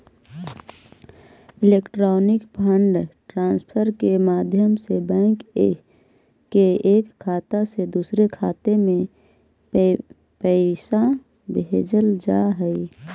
electronic fund transfer के माध्यम से बैंक के एक खाता से दूसर खाते में पैइसा भेजल जा हइ